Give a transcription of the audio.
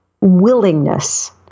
willingness